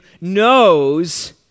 knows